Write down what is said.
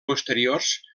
posteriors